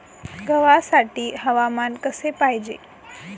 गव्हासाठी हवामान कसे पाहिजे?